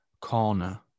corner